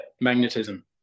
magnetism